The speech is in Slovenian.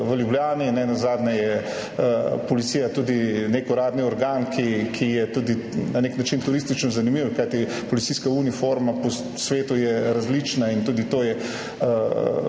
v Ljubljani. Nenazadnje je policija tudi nek uradni organ, ki je tudi na nek način turistično zanimiv, kajti policijska uniforma po svetu je različna in tudi to je